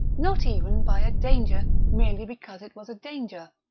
nor even by a danger merely because it was a danger.